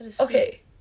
Okay